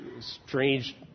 strange